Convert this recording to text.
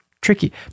tricky